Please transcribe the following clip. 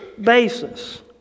basis